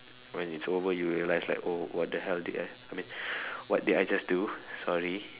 when it's over you realise like oh what the hell did I I mean what did I just do sorry